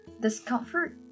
discomfort